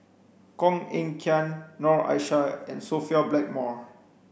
Koh Eng Kian Noor Aishah and Sophia Blackmore